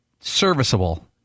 serviceable